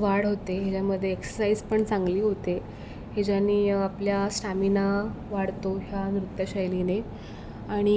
वाढ होते हेच्यामध्ये एक्ससाईज पण चांगली होते हिच्यानी आपल्या स्टॅमिना वाढतो ह्या नृत्यशैलीने आणि